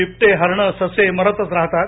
बिबटे हरणं ससे मरतच राहतात